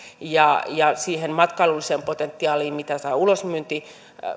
ja ja siihen matkailulliseen potentiaaliin mitä tämä ulosmyynti